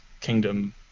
kingdom